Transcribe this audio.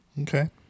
okay